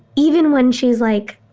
even when she's, like,